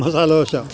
masala dosa